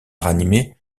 ranimer